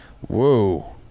whoa